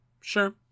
Sure